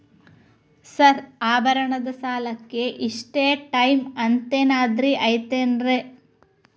Sir ಆಭರಣದ ಸಾಲಕ್ಕೆ ಇಷ್ಟೇ ಟೈಮ್ ಅಂತೆನಾದ್ರಿ ಐತೇನ್ರೇ?